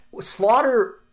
Slaughter